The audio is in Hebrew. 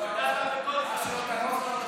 שלא תהרוס לנו את מצב הרוח.